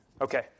Okay